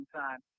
time